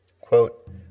Quote